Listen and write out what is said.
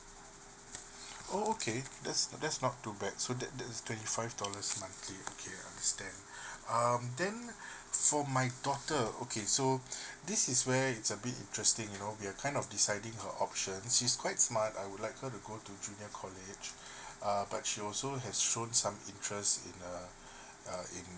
oh okay that's that's not too bad so that that's twenty five dollars monthly okay I understand um then for my daughter okay so this is where it's a bit interesting you know we're kind of deciding her options she's quite smart I would like her to go to junior college uh but she also has shown some interest in uh uh in